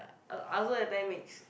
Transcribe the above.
uh I I also every time mix